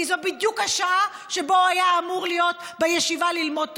כי זו בדיוק השעה שבה הוא היה אמור להיות בישיבה ללמוד תורה,